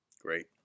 Great